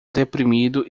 deprimido